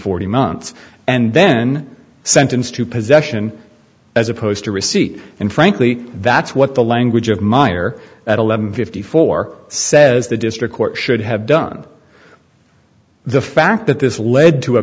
forty months and then sentenced to possession as opposed to receipt and frankly that's what the language of meyer at eleven fifty four says the district court should have done the fact that this led to a